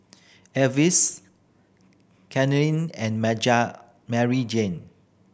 Elvis Caitlynn and Maryjane